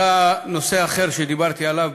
עלה נושא אחר שדיברתי עליו,